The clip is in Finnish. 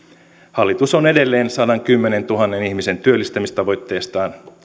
hallitus on edelleen sadankymmenentuhannen ihmisen työllistämistavoitteestaan